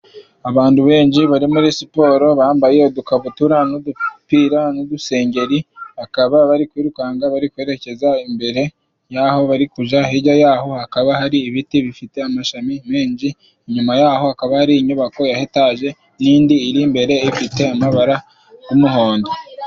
Abantu benshi bari muri siporo bambaye udukabutura n'udupira n'udusengeri, bakaba bari kwirukanka bari kwerekeza imbere y'aho bari kuja, hirya yaho hakaba hari ibiti bifite amashami menshi, inyuma yaho hakaba hari inyubako ya etaje n'indi iri imbere ifite amabara umuhondo.